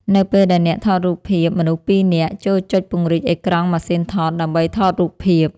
នៅពេលដែលអ្នកថតរូបភាពមនុស្សពីរនាក់ ចូរចុចពង្រីកអេក្រង់ម៉ាស៊ីនថត ដើម្បីថតរូបភាព ។